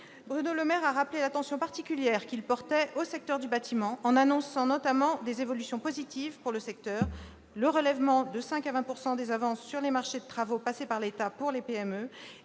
Bruno Le Maire a rappelé l'attention particulière qu'il portait au bâtiment, en annonçant notamment des évolutions positives pour ce secteur : le relèvement de 5 % à 20 % des avances sur les marchés de travaux passés par l'État pour les PME